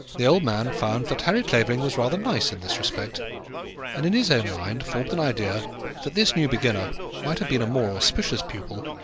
the old man found that harry clavering was rather nice in this respect and in his own mind formed an idea that this new beginner might have been a more auspicious pupil,